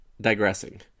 digressing